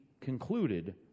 concluded